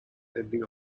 depending